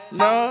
no